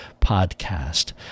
podcast